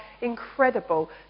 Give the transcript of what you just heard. incredible